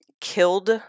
killed